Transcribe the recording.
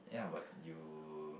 yeah but you